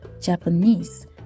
Japanese